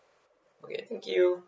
okay thank you